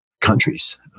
countries